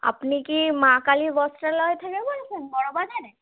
আপনি কি মা কালী বস্ত্রালয় থেকে বলছেন বড়বাজারে